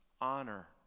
Honor